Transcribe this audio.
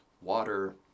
water